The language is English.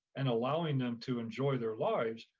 and allowing them to enjoy their lives,